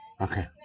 Okay